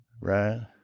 Right